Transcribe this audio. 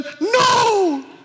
No